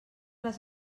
les